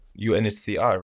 unhcr